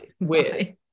weird